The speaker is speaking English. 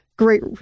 great